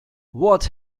what